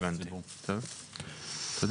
הבנתי, טוב, תודה.